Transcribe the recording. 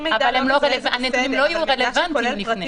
אבל הנתונים לא יהיו רלוונטיים לפני.